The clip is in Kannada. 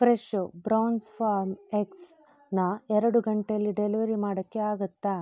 ಫ್ರೆಶೋ ಬ್ರೌನ್ಸ್ ಫಾರ್ಮ್ ಎಗ್ಸ್ನಾ ಎರಡು ಗಂಟೇಲಿ ಡೆಲಿವರಿ ಮಾಡೋಕ್ಕೆ ಆಗುತ್ತಾ